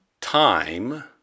time